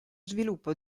sviluppo